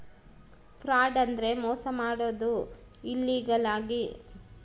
fraud ಅಂದ್ರೆ ಮೋಸ ಮಾಡೋದು ಇಲ್ಲೀಗಲ್ ಆಗಿ